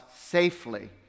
safely